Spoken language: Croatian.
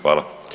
Hvala.